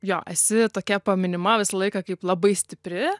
jo esi tokia paminima visą laiką kaip labai stipri